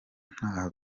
ntaho